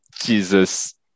Jesus